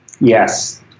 yes